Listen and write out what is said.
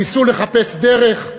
ניסו לחפש דרך.